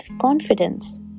confidence